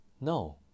No